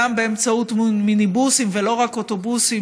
גם באמצעות מיניבוסים ולא רק אוטובוסים,